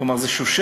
כלומר זאת שושלת.